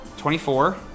24